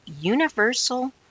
Universal